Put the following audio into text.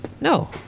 No